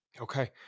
Okay